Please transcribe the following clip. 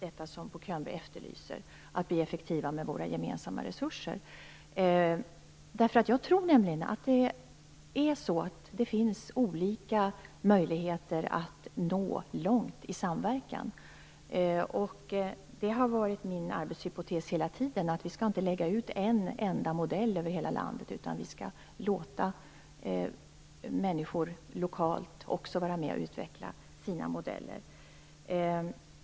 Bo Könberg efterlyser ju att vi skall bli effektiva med våra gemensamma resurser. Jag tror nämligen att det finns olika möjligheter att nå långt i samverkan. Det har varit min arbetshypotes hela tiden att vi inte skall lägga ut en enda modell över hela landet, utan vi skall låta människor lokalt vara med och utveckla sina modeller.